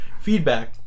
feedback